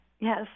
Yes